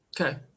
okay